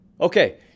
Okay